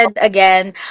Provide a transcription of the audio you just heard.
again